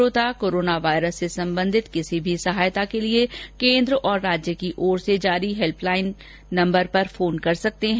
श्रोता corona virus से संबंधित किसी भी सहायता के लिए केन्द्र और राज्य की ओर से जारी हेल्प लाइन नम्बर पर फोन कर सकते हैं